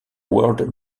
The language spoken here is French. world